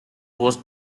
was